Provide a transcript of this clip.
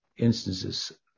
Instances